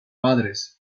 padres